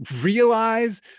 realize